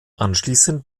anschließend